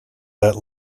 that